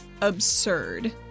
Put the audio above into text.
absurd